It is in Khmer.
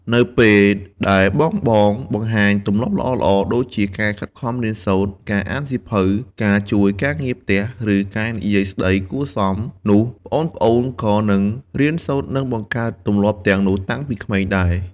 នៅពេលដែលបងៗបង្ហាញទម្លាប់ល្អៗ ដូចជាការខិតខំរៀនសូត្រ ការអានសៀវភៅ ការជួយការងារផ្ទះ ឬការនិយាយស្ដីគួរសម នោះប្អូនៗក៏នឹងរៀនសូត្រ និងបង្កើតទម្លាប់ទាំងនោះតាំងពីក្មេងដែរ ។